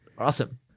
awesome